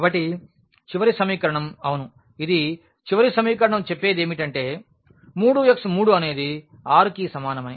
కాబట్టి చివరి సమీకరణం అవును ఇది చివరి సమీకరణం చెప్పేదేమీటంటే 3x3 అనేది 6 కి సమానమని